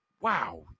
Wow